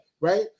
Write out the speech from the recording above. Right